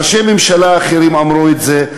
ראשי ממשלה אחרים אמרו את זה,